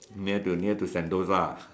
near to near to Sentosa